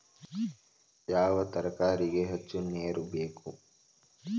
ಯಾವ ತರಕಾರಿಗೆ ಹೆಚ್ಚು ನೇರು ಬೇಕು?